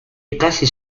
ikasi